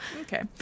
okay